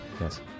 Yes